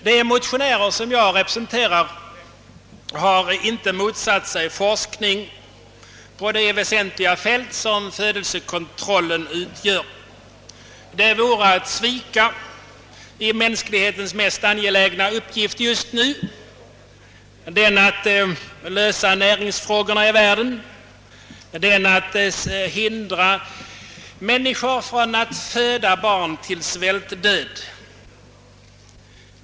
De motionärer jag representerar har inte motsatt sig fonskning på det väsentliga fält som födelsekontrollen mwmtgör. Det wore att svika i mänsklighetens mest angelägna uppgift just nu — den att lösa märingsfrågorna i världen och att hindra människor från att föda barn till svältdöd.